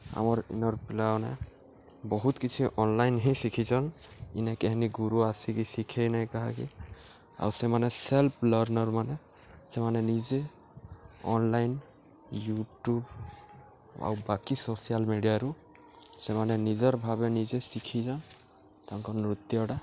ଆମର୍ ଇନର୍ ପିଲାମାନେ ବହୁତ୍ କିଛି ଅନ୍ଲାଇନ୍ ହିଁ ଶିଖିଚନ୍ ଇନେ କେହନୀ ଗୁରୁ ଆସିକି ଶିଖେଇ ନାଇଁ କାହାକେ ଆଉ ସେମାନେ ସେଲ୍ଫ୍ ଲର୍ଣ୍ଣର୍ମାନେ ସେମାନେ ନିଜେ ଅନ୍ଲାଇନ୍ ୟୁଟ୍ୟୁବ୍ ଆଉ ବାକି ସୋସିଆଲ୍ ମିଡ଼ିଆରୁ ସେମାନେ ନିଜର ଭାବେ ନିଜେ ଶିଖିଚନ୍ ତାଙ୍କ ନୃତ୍ୟଟା